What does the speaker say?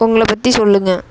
உங்களை பற்றி சொல்லுங்க